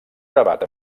gravat